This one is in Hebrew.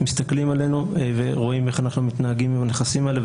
מסתכלים עלינו ורואים איך אנחנו מתנהגים עם הנכסים האלה,